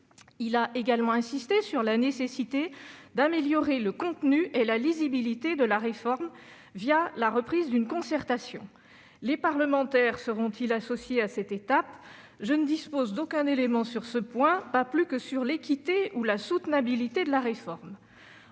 Il a également insisté sur la nécessité d'améliorer le contenu et la lisibilité de la réforme la reprise d'une concertation. Les parlementaires seront-ils associés à cette étape ? Je ne dispose d'aucun élément sur ce point, pas plus que sur l'équité ou la soutenabilité de la réforme.